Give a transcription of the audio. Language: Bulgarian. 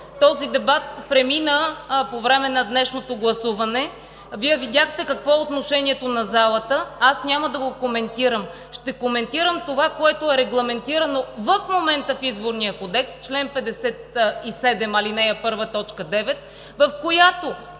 Този дебат премина по време на днешното гласуване. Вие видяхте какво е отношението на залата, аз няма да го коментирам. Ще коментирам това, което е регламентирано в момента в Изборния кодекс – чл. 57, ал. 1, т. 9, в която